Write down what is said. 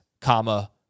comma